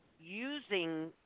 using